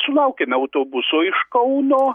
sulaukėme autobuso iš kauno